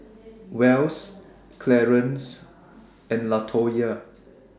Wells Clarance and Latoyia